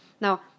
Now